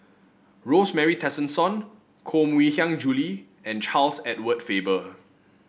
Rosemary Tessensohn Koh Mui Hiang Julie and Charles Edward Faber